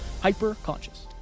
hyper-conscious